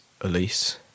Elise